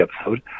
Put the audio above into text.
episode